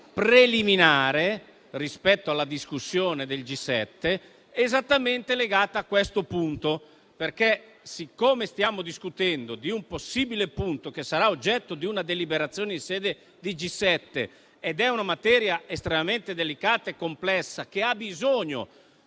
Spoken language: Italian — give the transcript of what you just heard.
preliminare, rispetto alla discussione del G7, esattamente legata a questo punto. Siccome stiamo discutendo di un punto che potrebbe essere oggetto di una deliberazione in sede di G7 e poiché è una materia estremamente delicata e complessa, che ha bisogno,